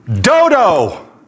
Dodo